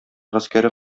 гаскәре